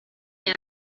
you